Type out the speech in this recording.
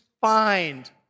find